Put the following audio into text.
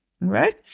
right